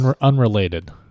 Unrelated